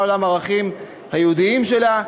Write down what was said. מה עולם הערכים היהודיים שלה,